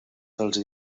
dels